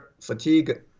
fatigue